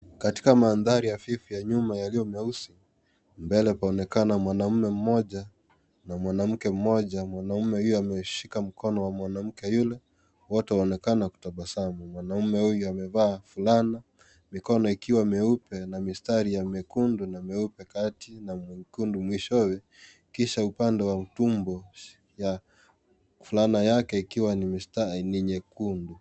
Katika mandhari ya fifi ya nyuma yaliyo meusi , mbele paonekana mwanaume mmoja na mwanamke mmoja mwanaume huyu ameshika mkono wa mwanamke yule wote waonekana kutabasamu. Mwanaume huyu amevaa fulana mikono ikiwa meupe na mistari ya mekundu na meupe kati na mwekundu mwishowe kisha upande wa tumbo ya fulana yake ikiwa ni nyekundu.